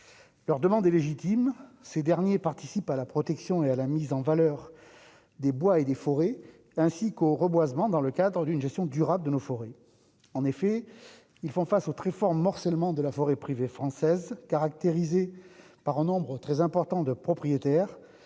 leur demande est légitime ces derniers participent à la protection et à la mise en valeur des bois et des forêts, ainsi qu'au reboisement, dans le cadre une gestion durable de nos forêts, en effet, ils font face au très fort morcellement de la forêt privée française caractérisée par un nombre très important de propriétaires